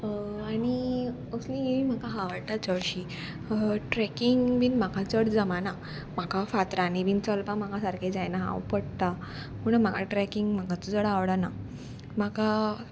आनी असली ही म्हाका आवडटा चडशी ट्रेकींग बीन म्हाका चड जमाना म्हाका फातरांनी बीन चलपाक म्हाका सारकें जायना हांव पडटां म्हणून म्हाका ट्रेकिंग म्हाकाच चड आवडना म्हाका